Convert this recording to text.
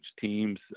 teams